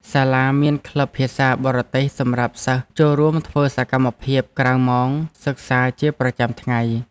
សាលាមានក្លឹបភាសាបរទេសសម្រាប់សិស្សចូលរួមធ្វើសកម្មភាពក្រៅម៉ោងសិក្សាជាប្រចាំថ្ងៃ។